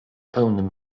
pełnym